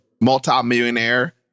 multimillionaire